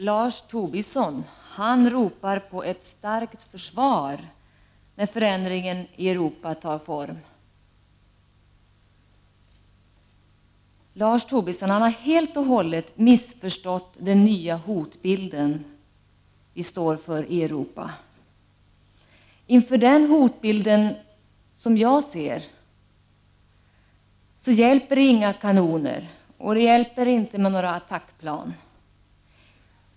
Lars Tobisson ropar på ett starkt försvar nu när förändringarna i Europa tar form. Han har helt och hållet missförstått den nya hotbild som vi står inför i Europa. Inför den hotbild som jag ser hjälper inga kanoner och attackplan.